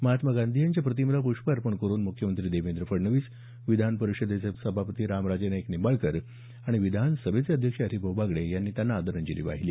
महात्मा गांधी यांच्या प्रतिमेला प्ष्पं अर्पण करून मुख्यमंत्री देवेंद्र फडणवीस विधान परिषदेचे सभापती रामराजे नाईक निंबाळकर आणि विधानसभेचे अध्यक्ष हरिभाऊ बागडे यांनी आदरांजली वाहिली